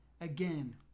again